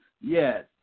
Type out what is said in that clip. Yes